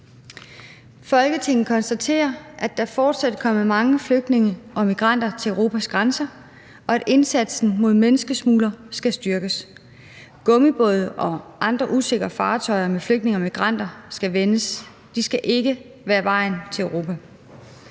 »Folketinget konstaterer, at der fortsat kommer mange flygtninge og migranter til Europas grænser, og at indsatsen mod menneskesmuglere skal styrkes. Gummibåde og andre usikre fartøjer med flygtninge og migranter skal vendes – de skal ikke være vejen til Europa.